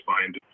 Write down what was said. find